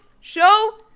show